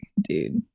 dude